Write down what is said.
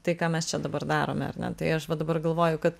tai ką mes čia dabar darome ar ne tai aš va dabar galvoju kad